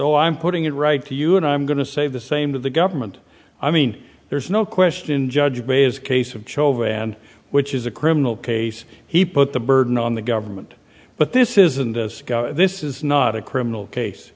know i'm putting it right to you and i'm going to say the same to the government i mean there's no question judge may is case of chauvin which is a criminal case he put the burden on the government but this isn't this this is not a criminal case